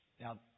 Now